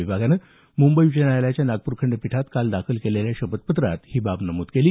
विभागानं मुंबई उच्च न्यायालयाच्या नागपूर खंडपीठात काल दाखल केलेल्या शपथपत्रात ही बाब नमूद केली